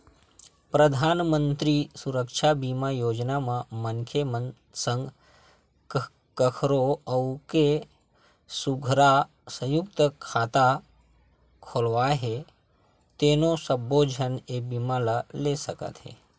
परधानमंतरी सुरक्छा बीमा योजना म मनखे अपन संग कखरो अउ के संघरा संयुक्त खाता खोलवाए हे तेनो सब्बो झन ए बीमा ल ले सकत हे